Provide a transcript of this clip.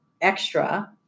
extra